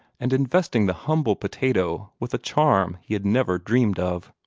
and investing the humble potato with a charm he had never dreamed of.